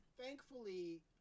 Thankfully